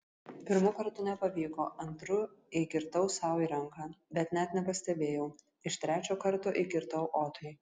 pirmu kartu nepavyko antru įkirtau sau į ranką bet net nepastebėjau iš trečio karto įkirtau otui